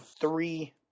three